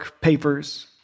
papers